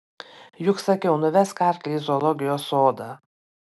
juk sakiau nuvesk arklį į zoologijos sodą